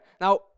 Now